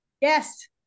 Yes